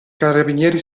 carabinieri